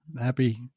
Happy